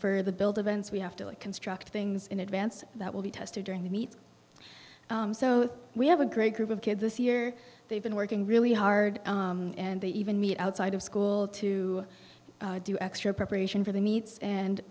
for the build of ns we have to construct things in advance that will be tested during the meet so we have a great group of kids this year they've been working really hard and they even meet outside of school to do extra preparation for the meets and